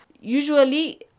Usually